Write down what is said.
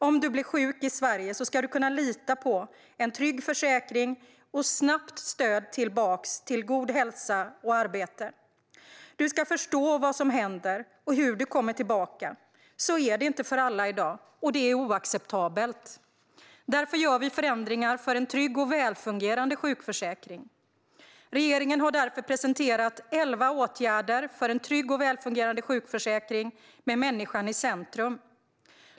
Om du blir sjuk i Sverige ska du kunna lita på en trygg försäkring och snabbt stöd tillbaka till god hälsa och arbete. Du ska förstå vad som händer och hur du kommer tillbaka. Så är det inte för alla i dag, och det är oacceptabelt. Därför gör vi förändringar för en trygg och välfungerande sjukförsäkring. Regeringen har därför presenterat elva åtgärder för en trygg och välfungerande sjukförsäkring med människan i centrum.